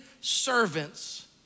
servants